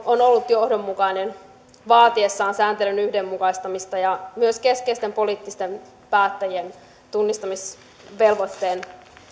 on ollut johdonmukainen vaatiessaan sääntelyn yhdenmukaistamista ja myös keskeisten poliittisten päättäjien tunnistamisvelvoitteen